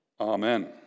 Amen